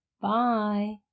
Bye